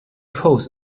coast